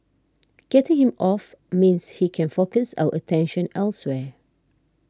getting him off means he can focus our attention elsewhere